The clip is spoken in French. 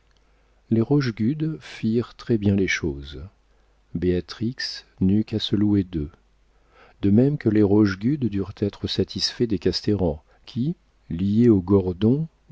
les rochegude firent très bien les choses béatrix n'eut qu'à se louer d'eux de même que les rochegude durent être satisfaits des casteran qui liés aux gordon